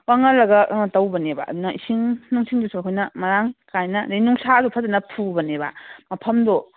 ꯋꯥꯡꯍꯜꯂꯒ ꯀꯩꯅꯣ ꯇꯧꯕꯅꯦꯕꯅꯦ ꯑꯗꯨꯅ ꯏꯁꯤꯡ ꯅꯨꯡꯁꯤꯡꯗꯨꯁꯨ ꯑꯩꯈꯣꯏꯅ ꯃꯔꯥꯡ ꯀꯥꯏꯅ ꯑꯗꯨꯗꯩ ꯅꯨꯡꯁꯥꯁꯨ ꯐꯖꯅ ꯐꯨꯕꯅꯦꯕ ꯃꯐꯝꯗꯣ